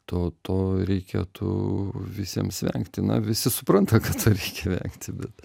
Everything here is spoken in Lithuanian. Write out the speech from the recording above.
to to reikėtų visiems vengti na visi supranta kad reikia vengti bet